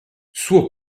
suo